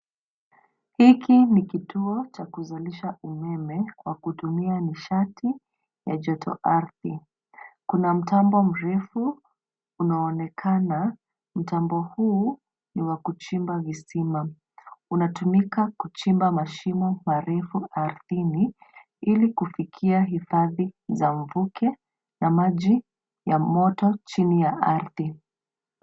Hiki ni kituo cha kuzalisha umeme kwa kutumia mishati ya joto ardhi ,kuna mtambo mrefu unaoonekana mtambo huu ni wa kuchimba visima, unatumika kuchimba mashimo marefu ardhini ili kufikia hifadhi za mvuke ya maji ya moto chini ya ardhi.